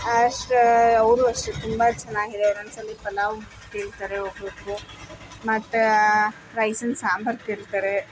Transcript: ಅವರು ಅಷ್ಟೆ ತುಂಬ ಚೆನ್ನಾಗಿ ಒಂದ್ಸಲ ಪಲಾವ್ ಕೇಳ್ತಾರೆ ಒಬ್ಬೊಬ್ಬರು ಮತ್ತೆ ರೈಸ್ ಆಂಡ್ ಸಾಂಬಾರು ಕೇಳ್ತಾರೆ